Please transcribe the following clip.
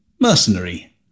mercenary